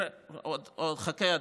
חכה,